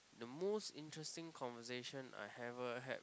the most interesting conversation I ever had